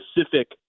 specific